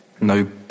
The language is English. No